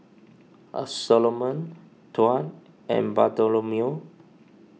A Soloman Tuan and Bartholomew